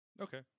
Okay